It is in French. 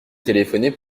téléphoner